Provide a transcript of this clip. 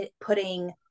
putting